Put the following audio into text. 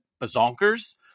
bazonkers